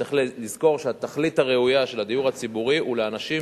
צריך לזכור שהתכלית הראויה של הדיור הציבורי היא לאנשים